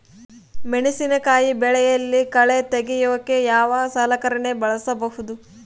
ಮೆಣಸಿನಕಾಯಿ ಬೆಳೆಯಲ್ಲಿ ಕಳೆ ತೆಗಿಯೋಕೆ ಯಾವ ಸಲಕರಣೆ ಬಳಸಬಹುದು?